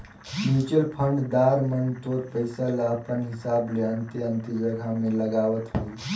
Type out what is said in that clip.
mutual fund दार मन तोर पइसा ल अपन हिसाब ले अन्ते अन्ते जगहा में लगावत रहीं